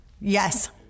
Yes